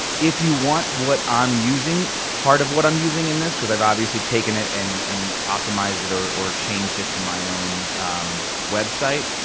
if you want what i'm using, part of what i'm using in this, because i've obviously taken it and optimized it, or or changed it to my own website.